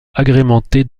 agrémentées